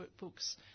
workbooks